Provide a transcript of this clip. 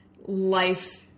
life